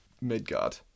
Midgard